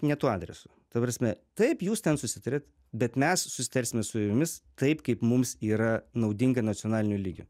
ne tuo adresu ta prasme taip jūs ten susitarėt bet mes susitarsime su jumis taip kaip mums yra naudinga nacionaliniu lygiu